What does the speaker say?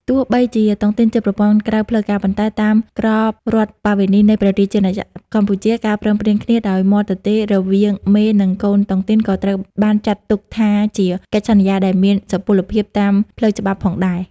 ទោះបីជាតុងទីនជាប្រព័ន្ធក្រៅផ្លូវការ ប៉ុន្តែតាមក្រមរដ្ឋប្បវេណីនៃព្រះរាជាណាចក្រកម្ពុជា ការព្រមព្រៀងគ្នាដោយមាត់ទទេរវាងមេ និងកូនតុងទីន ក៏ត្រូវបានចាត់ទុកថាជា "កិច្ចសន្យា" ដែលមានសុពលភាពតាមផ្លូវច្បាប់ផងដែរ។